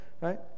right